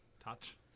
touch